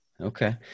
Okay